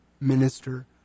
minister